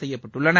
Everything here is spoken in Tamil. செய்யப்பட்டுள்ளன